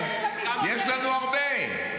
שוביניסט ומיזוגן.